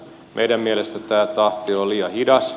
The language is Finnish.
meidän mielestämme tämä tahti on liian hidas